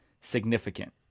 significant